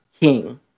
king